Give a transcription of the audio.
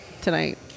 tonight